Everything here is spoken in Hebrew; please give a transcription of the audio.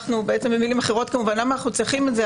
במילים אחרות כמובן: למה אנחנו צריכים את זה?